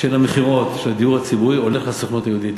של המכירות של הדיור הציבורי הולך לסוכנות היהודית.